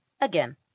Again